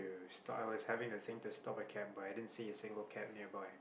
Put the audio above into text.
too I was having the thing to stop a cab but i didn't see a single cab nearby